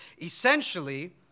Essentially